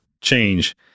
change